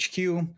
HQ